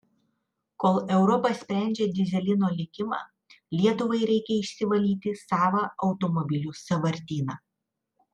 kol europa sprendžia dyzelino likimą lietuvai reikia išsivalyti savą automobilių sąvartyną